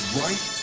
right